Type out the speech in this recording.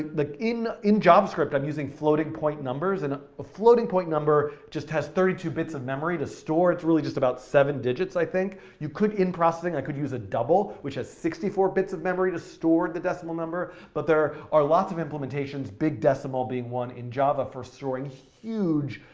in in javascript, i'm using floating point numbers, and a floating point number just has thirty two bits of memory to store, it's really just about seven digits, i think, you could, in processing, i could use a double, which has sixty four bits of memory to store the decimal number. but there are lots of implementations, bigdecimal being one in java for storing huge,